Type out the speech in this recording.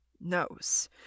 knows